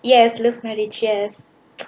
yes love marriage yes